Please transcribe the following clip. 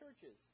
churches